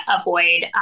avoid